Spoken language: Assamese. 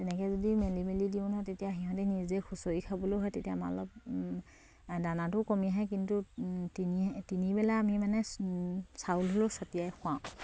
তেনেকে যদি মেলি মেলি দিওঁ নহয় তেতিয়া সিহঁতে নিজে খুচৰি খাবলৈ হয় তেতিয়া আমাৰ অলপ দানাটো কমি আহে কিন্তু তিনিহে তিনিবেলা আমি মানে চাউল হ'লেও ছটিয়াই খুৱাওঁ